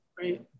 Right